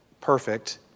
perfect